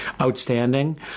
outstanding